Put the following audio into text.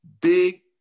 big